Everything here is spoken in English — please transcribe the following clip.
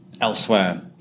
elsewhere